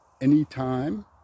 anytime